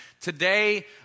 Today